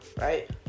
Right